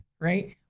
Right